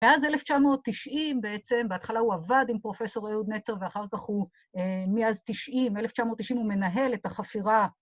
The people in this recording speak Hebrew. ‫ואז 1990 בעצם, ‫בהתחלה הוא עבד עם פרופסור יהוד נצר, ‫ואחר כך הוא, מאז 90, 1990, ‫הוא מנהל את החפירה.